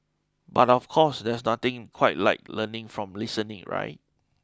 but of course there's nothing quite like learning from listening right